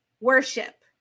worship